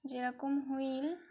যেরকম হুইল